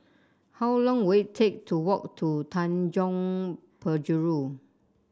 how long will it take to walk to Tanjong Penjuru